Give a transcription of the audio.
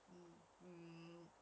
mm